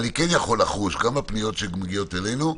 אני כן יכול לחוש גם בפניות שמגיעות אלינו,